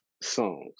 songs